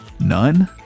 none